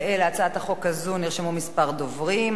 להצעת החוק הזאת נרשמו כמה דוברים.